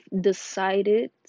decided